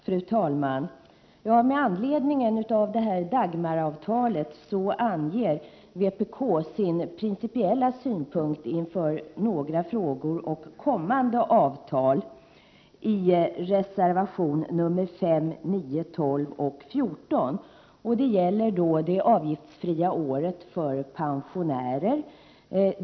Fru talman! Med anledning av Dagmaravtalet anger vpk sina principiella synpunkter, när det gäller några frågor och kommande avtal, i reservationerna 5, 9, 12 och 14. Det gäller bl.a. det avgiftsfria året för pensionärer.